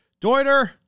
Deuter